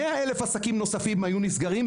100,000 עסקים נוספים היו נסגרים,